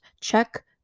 check